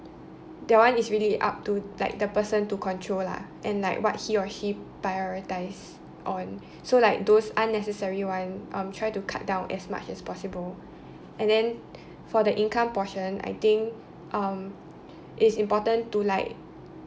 that one is really up to like the person to control lah and like what he or she prioritise on so like those unnecessary one um try to cut down as much as possible and then for the income portion I think um it's important to like